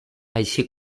així